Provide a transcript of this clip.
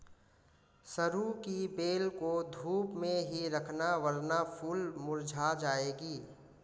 सरू की बेल को धूप में ही रखना वरना फूल मुरझा जाएगी